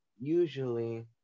usually